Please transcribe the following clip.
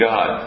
God